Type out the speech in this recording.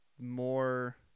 more